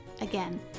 Again